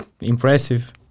impressive